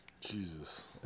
Jesus